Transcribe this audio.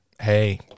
Hey